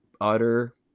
utter